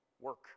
Work